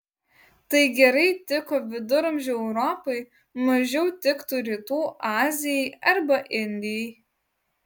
tai gerai tiko viduramžių europai mažiau tiktų rytų azijai arba indijai